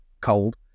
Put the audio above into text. cold